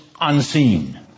unseen